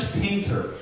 painter